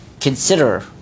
consider